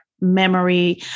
memory